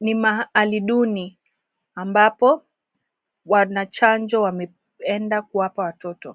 ni mahali duni ambapo wanachanjo wameenda kuwapa watoto.